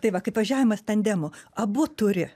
tai va kaip važiavimas tandemu abu turi